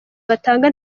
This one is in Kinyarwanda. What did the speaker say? batanga